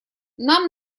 нам